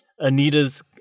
Anita's